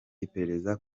iperereza